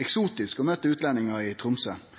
eksotisk å møte utlendingar i Tromsø.